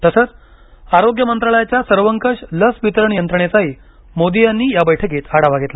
तसंच आरोग्य मंत्रालयाच्या सर्वंकष लस वितरण यंत्रणेचाही मोदी यांनी या बैठकीत आढावा घेतला